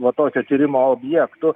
va tokio tyrimo objektu